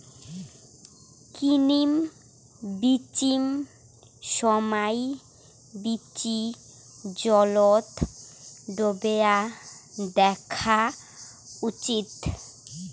কিনিম বিচিম সমাই বীচি জলত ডোবেয়া দ্যাখ্যা উচিত